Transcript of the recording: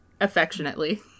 affectionately